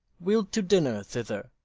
we'll to dinner thither.